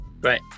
Right